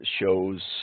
shows